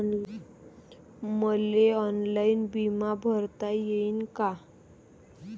मले ऑनलाईन बिमा भरता येईन का?